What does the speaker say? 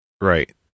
Right